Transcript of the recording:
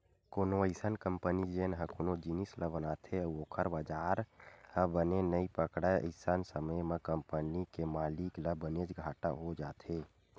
कोनो अइसन कंपनी जेन ह कोनो जिनिस ल बनाथे अउ ओखर बजार ह बने नइ पकड़य अइसन समे म कंपनी के मालिक ल बनेच घाटा हो जाथे